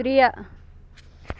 ترٛےٚ